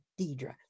Deidre